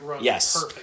yes